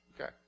Okay